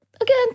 Again